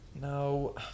No